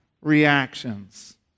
reactions